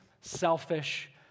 selfish